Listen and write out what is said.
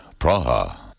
Praha